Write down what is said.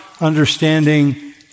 understanding